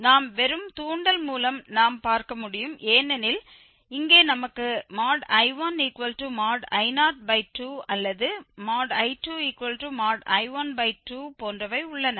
நாம் வெறும் தூண்டல் மூலம் நாம் பார்க்க முடியும் ஏனெனில் இங்கே நமக்கு I1I02 அல்லது I2I12 போன்றவை உள்ளன